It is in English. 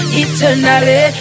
eternally